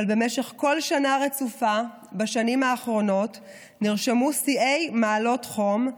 אבל במשך כל שנה ברציפות בשנים האחרונות נרשמו שיאי מעלות חום,